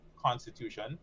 Constitution